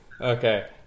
Okay